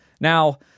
Now